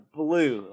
blue